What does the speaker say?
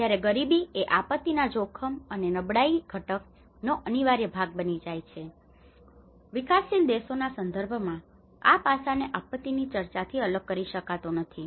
જ્યારે ગરીબી એ આપત્તિના જોખમ અને નબળાઈ ઘટકનો અનિવાર્ય ભાગ બની જાય છે અને વિકાસશીલ દેશોના સંદર્ભમાં આ પાસાને આપત્તિની ચર્ચાથી અલગ કરી શકાતો નથી